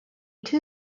two